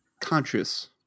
conscious